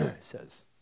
says